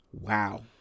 Wow